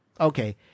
okay